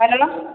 hello